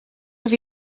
have